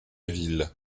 ville